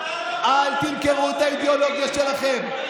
אל תמכרו את האידיאולוגיה שלכם.